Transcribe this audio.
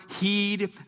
heed